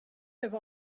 have